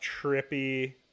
trippy